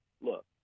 look